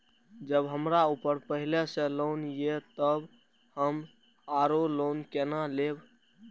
जब हमरा ऊपर पहले से लोन ये तब हम आरो लोन केना लैब?